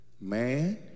Man